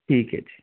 ਠੀਕ ਹੈ ਜੀ